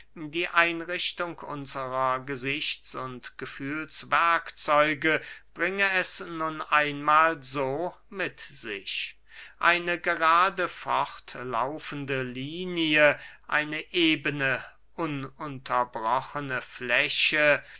die einrichtung unsrer gesichts und gefühls werkzeuge bringe es nun einmahl so mit sich eine gerade fortlaufende linie eine ebene ununterbrochene fläche